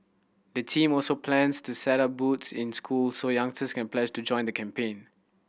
the team also plans to set up booths in schools so youngsters can pledge to join the campaign